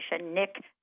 Nick